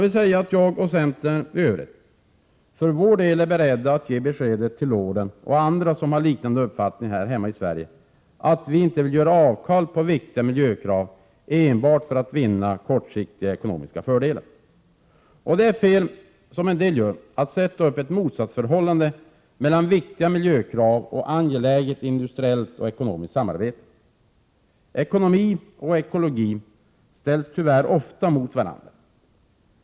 Vii centern är för vår del beredda att ge beskedet till lorden och andra här hemma i Sverige som har liknande uppfattning att vi inte vill göra avkall på viktiga miljökrav enbart för att vinna kortsiktiga ekonomiska fördelar. Det är fel att — som en del gör — sätta upp ett motsatsförhållande mellan dels viktiga miljökrav, dels angeläget industriellt och ekonomiskt samarbete. Ekonomi och ekologi ställs tyvärr ofta mot varandra.